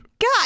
God